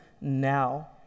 now